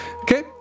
Okay